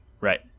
Right